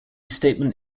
statement